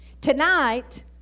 Tonight